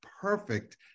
perfect